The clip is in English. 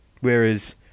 whereas